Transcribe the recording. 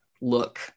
look